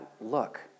look